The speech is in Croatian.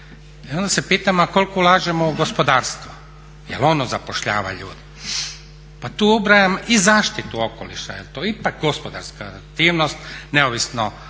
I onda se pitamo a koliko ulažemo u gospodarstvo jer ono zapošljava ljude. Pa tu ubrajam i zaštitu okoliša je to je ipak gospodarska aktivnost neovisno